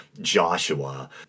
Joshua